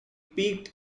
peaked